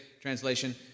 translation